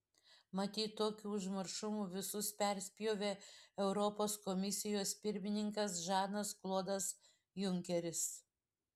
matyt tokiu užmaršumu visus perspjovė europos komisijos pirmininkas žanas klodas junkeris